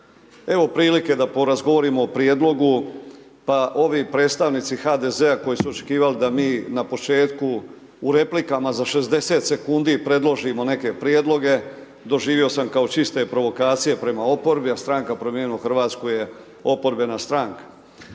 Evo prilike da porazgovaramo o prijedlogu pa ovi predstavnici HDZ-a koji su očekivali da mi na početku u replikama za 60 sekundi predložimo neke prijedloge doživio sam kao čiste provokacije prema oporbi, a stranka Promijenimo Hrvatsku je oporbena stranka.